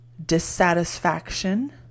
dissatisfaction